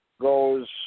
goes